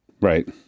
Right